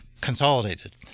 consolidated